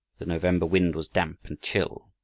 the november wind was damp and chill,